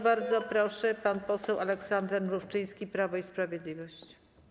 Bardzo proszę, pan poseł Aleksander Mrówczyński, Prawo i Sprawiedliwość.